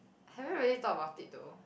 haven't really thought about it though